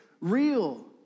real